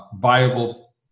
viable